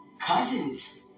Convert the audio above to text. cousins